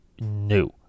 new